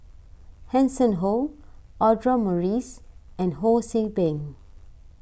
Hanson Ho Audra Morrice and Ho See Beng